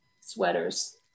sweaters